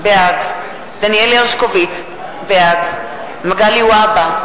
בעד דניאל הרשקוביץ, בעד מגלי והבה,